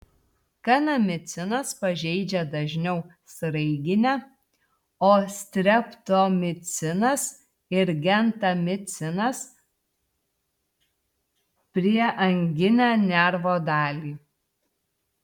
kanamicinas pažeidžia dažniau sraiginę o streptomicinas ir gentamicinas prieanginę nervo dalį